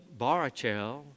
Barachel